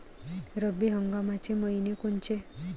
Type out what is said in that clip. रब्बी हंगामाचे मइने कोनचे?